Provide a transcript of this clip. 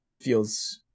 feels